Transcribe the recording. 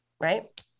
right